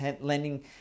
lending